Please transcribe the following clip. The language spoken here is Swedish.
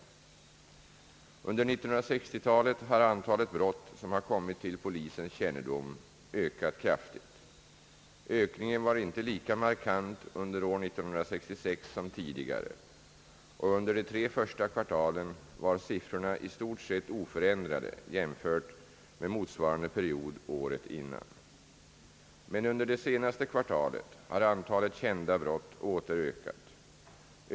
Under 1960-talet har antalet brott som har kommit till polisens kännedom ökat kraftigt. Ökningen var inte lika markant under år 1966 som tidigare och under de tre första kvartalen var siffrorna i stort sett oförändrade jämfört med motsvarande period året innan. Men under det senaste kvartalet har antalet kända brott åter ökat.